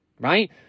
right